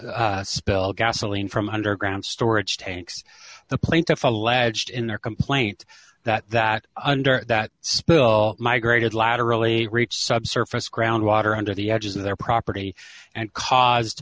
spill gasoline from underground storage tanks the plaintiff alleged in their complaint that that under that spill migrated laterally reach subsurface groundwater under the edges of their property and caused